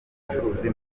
ubucuruzi